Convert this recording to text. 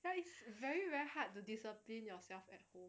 ya it's very very hard the discipline yourself at home